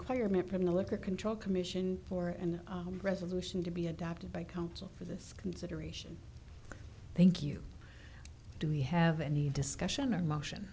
requirement from the liquor control commission for and resolution to be adopted by council for this consideration thank you do we have any discussion or motion